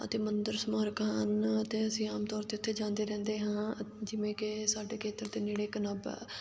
ਅਤੇ ਮੰਦਰ ਸਮਾਰਕ ਹਨ ਅਤੇ ਅਸੀਂ ਆਮ ਤੌਰ 'ਤੇ ਉੱਥੇ ਜਾਂਦੇ ਰਹਿੰਦੇ ਹਾਂ ਜਿਵੇਂ ਕਿ ਸਾਡੇ ਖੇਤਰ ਦੇ ਨੇੜੇ ਇੱਕ ਨਾਭਾ